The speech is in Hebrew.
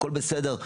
הכול בסדר,